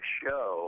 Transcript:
show